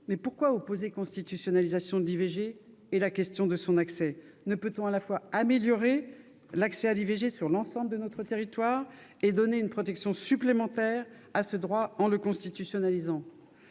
Mais pourquoi opposer la constitutionnalisation de l'IVG et la question de son accès ? Ne pourrait-on pas, à la fois, améliorer l'accès à l'IVG sur l'ensemble du territoire et donner une protection supplémentaire à ce droit, en le constitutionnalisant ?